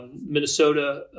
Minnesota